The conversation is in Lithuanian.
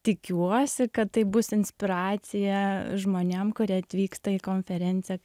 tikiuosi kad tai bus inspiracija žmonėm kurie atvyksta į konferenciją